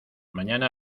mañana